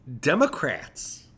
Democrats